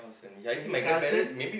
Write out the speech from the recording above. any cousin